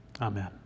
Amen